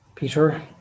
Peter